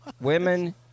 women